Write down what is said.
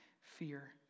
fear